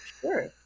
sure